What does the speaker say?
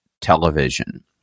Television